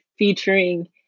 featuring